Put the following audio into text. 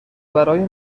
برای